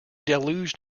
deluged